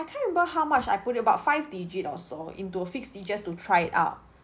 I can't remember how much I put in about five digit or so into a fixed D just to try it out